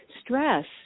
stress